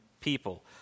people